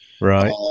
Right